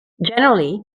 generally